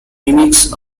mimics